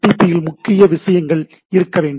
B யில் முக்கியமான விஷயங்கள் இருக்க வேண்டும்